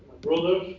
brother